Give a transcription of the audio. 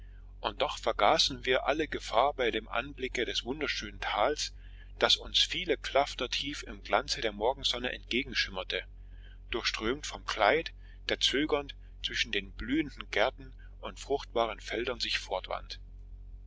auszusteigen dennoch vergaßen wir alle gefahr bei dem anblicke des wunderschönen tales das uns viele klafter tief im glanze der morgensonne entgegenschimmerte durchströmt vom clyde der zögernd zwischen den blühenden gärten und fruchtbaren feldern sich